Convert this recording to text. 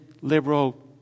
liberal